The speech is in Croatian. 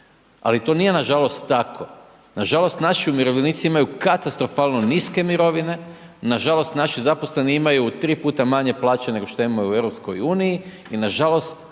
ali to nije nažalost tako. Nažalost naši umirovljenici imaju katastrofalno niske mirovine, nažalost naši zaposleni imaju tri puta manje plaće nego što imaju u Europskoj